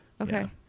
okay